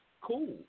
cool